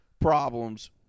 problems